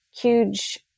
huge